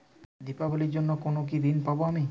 দীপাবলির জন্য কি কোনো ঋণ পাবো আমি?